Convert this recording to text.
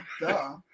Duh